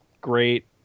great